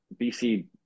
BC